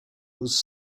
was